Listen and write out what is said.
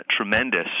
tremendous